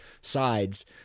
sides